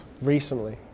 recently